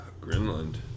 Greenland